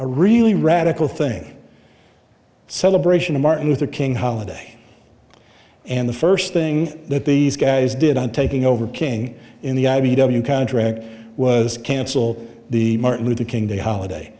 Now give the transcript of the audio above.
a really radical thing celebration of martin luther king holiday and the first thing that these guys did on taking over king in the i b e w contract was cancel the martin luther king day holiday